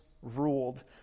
Ruled